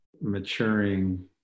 maturing